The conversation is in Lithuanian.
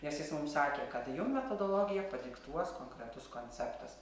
nes jis mum sakė kad jum metodologiją padiktuos konkretus konceptas